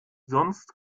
sonst